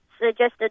suggested